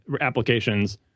applications